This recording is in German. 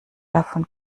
davon